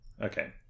Okay